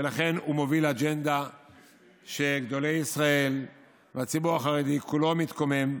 ולכן הוא מוביל אג'נדה שגדולי ישראל והציבור החרדי כולו מתקוממים,